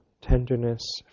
tenderness